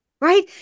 right